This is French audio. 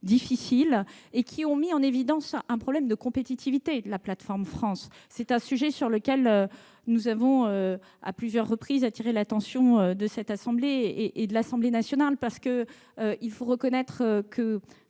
difficiles. Elles ont mis en évidence un problème de compétitivité de la plateforme France. C'est un sujet sur lequel nous avons à plusieurs reprises attiré l'attention de la Haute Assemblée et de l'Assemblée nationale. Il faut reconnaître que,